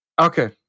Okay